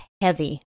heavy